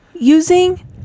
Using